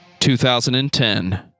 2010